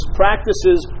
practices